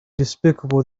despicable